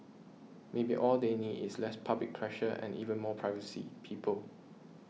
maybe all they need is less public pressure and even more privacy people